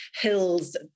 hills